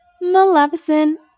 Maleficent